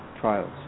trials